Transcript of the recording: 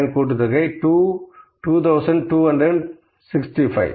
xi2இன் கூட்டுத்தொகை 2265